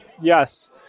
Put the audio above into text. Yes